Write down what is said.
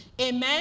Amen